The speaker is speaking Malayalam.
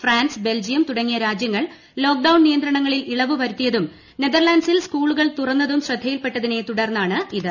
ഫ്രാൻസ് ബെൽജിയം തുടങ്ങിയ രാജ്യങ്ങൾ ലോക്ഡൌൺ നിയന്ത്രണങ്ങളിൽ ഇളവ് വരുത്തിയതും നെതർലാൻഡ്സിൽ സ്കൂളുകൾ തുറന്നതും ശ്രദ്ധയിൽപ്പെട്ടതിനെ തുടർന്നാണിത്